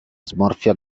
smorfia